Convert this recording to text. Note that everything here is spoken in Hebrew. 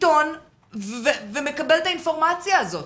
עיתון ומקבל את האינפורמציה הזאת.